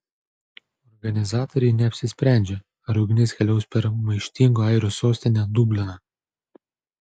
organizatoriai neapsisprendžia ar ugnis keliaus per maištingų airių sostinę dubliną